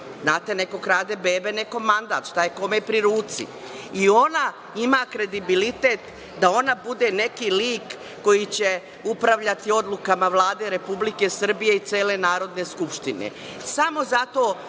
Znate, neko krade bebe, neko mandat, šta je kome pri ruci. I ona ima kredibilitet da ona bude neki lik koji će upravljati odlukama Vlade Republike Srbije i cele Narodne skupštine,